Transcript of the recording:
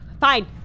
fine